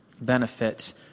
benefit